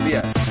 Yes